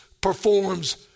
performs